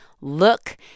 Look